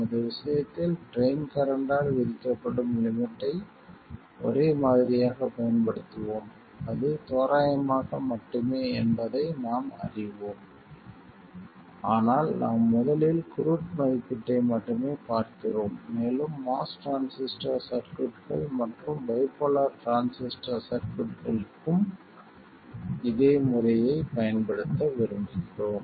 நமது விஷயத்தில் ட்ரைன் கரண்ட்டால் விதிக்கப்படும் லிமிட்டை ஒரே மாதிரியாகப் பயன்படுத்துவோம் அது தோராயமாக மட்டுமே என்பதை நாம் அறிவோம் ஆனால் நாம் முதலில் குரூட் மதிப்பீட்டை மட்டுமே பார்க்கிறோம் மேலும் MOS டிரான்சிஸ்டர் சர்க்யூட்கள் மற்றும் பைபோலார் டிரான்சிஸ்டர் சர்க்யூட்களுக்கும் இதே முறையைப் பயன்படுத்த விரும்புகிறோம்